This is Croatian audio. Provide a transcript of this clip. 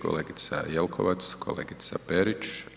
Kolegica Jelkovac, kolegica Perić?